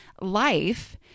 life